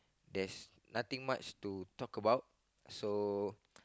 there's nothing much to talk about so